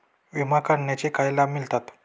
विमा काढण्याचे काय लाभ मिळतात?